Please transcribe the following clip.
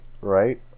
right